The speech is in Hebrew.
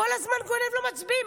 כל הזמן גונב לו מצביעים.